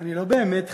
אני לא באמת חייב,